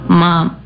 mom